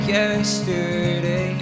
yesterday